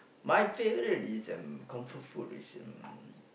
my favourite is um comfort food is um